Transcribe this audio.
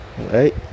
right